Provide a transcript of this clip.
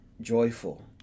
joyful